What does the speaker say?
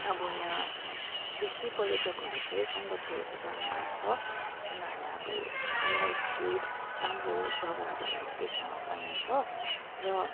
अब यहाँ बेसी पर्यटकहरू चाहिँ सन्दकपुरहरू जाने गर्छ उनीहरूलाई अब हाई अल्टिट्युड राम्रो जग्गाहरू देख्न पाइन्छ र